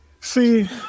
see